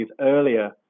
earlier